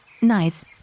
nice